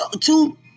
two